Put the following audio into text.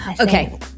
okay